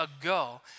ago